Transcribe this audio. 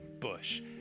bush